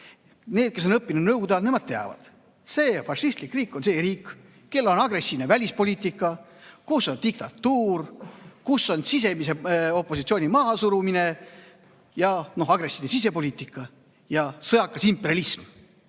Need, kes on õppinud Nõukogude ajal, nemad teavad: fašistlik riik on riik, kellel on agressiivne välispoliitika, kus on diktatuur, kus on sisemise opositsiooni mahasurumine, agressiivne sisepoliitika ja sõjakas imperialism.